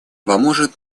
поможет